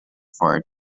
fort